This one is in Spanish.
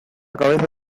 cabeza